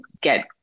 get